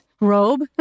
robe